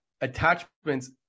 attachments